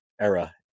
era